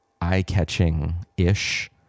eye-catching-ish